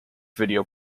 video